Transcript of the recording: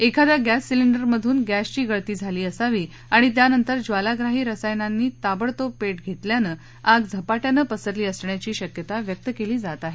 एखाद्या गॅस सिलेंडरमधून गॅसची गळती झाली असावी आणि त्यानंतर ज्वालाग्रही रसायनांनी ताबडतोब पेट घेतल्यानं आग झपाट्यानं पसरली असण्याची शक्यता व्यक्त केली जात आहे